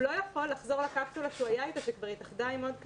הוא לא יכול לחזור לקפסולה שהוא היה איתה כי היא כבר התאחדה עם עוד כמה,